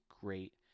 great